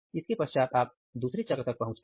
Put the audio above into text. इसके पश्चात आप दूसरे चक्र तक पहुंचते हैं